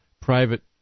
private